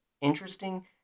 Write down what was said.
interesting